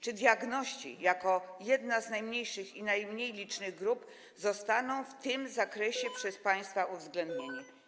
Czy diagności jako jedna z najmniejszych, najmniej licznych grup zostaną w tym zakresie przez państwa uwzględnieni?